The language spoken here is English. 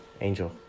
angel